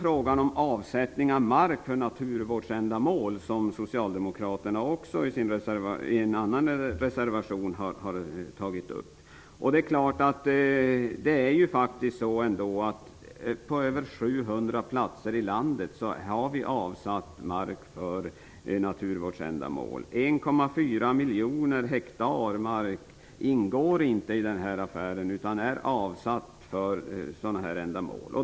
Frågan om avsättning av mark för naturvårdsändamål har också tagits upp av socialdemokraterna i en reservation. På över 700 platser i landet har vi avsatt mark för naturvårdsändamål. 1,4 miljoner hektar mark ingår inte affären utan är avsatt för naturvårdsändamål.